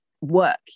work